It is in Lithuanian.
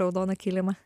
raudoną kilimą